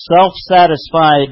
self-satisfied